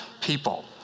people